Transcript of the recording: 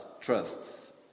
trusts